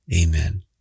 amen